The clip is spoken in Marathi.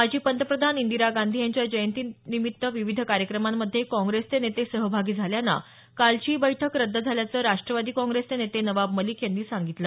माजी पंतप्रधान इंदिरा गांधी यांच्या जयंतीनिमित्तच्या विविध कार्यक्रमांमध्ये काँग्रेसचे नेते सहभागी झाल्यानं कालची ही बैठक रद्द झाल्याचं राष्ट्रवादी काँग्रेसचे नेते नवाब मलिक यांनी सांगितलं